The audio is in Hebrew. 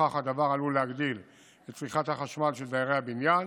לפיכך הדבר עלול להגדיל את צריכת החשמל של דיירי הבניין.